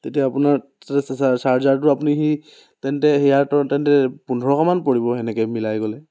তেতিয়া আপোনাৰ চাৰ্জাৰটো আপুনি সি তেন্তে ইয়াৰতো তেন্তে পোন্ধৰশ মান পৰিব সেনেকৈ মিলাই গ'লে